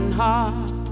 heart